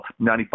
95%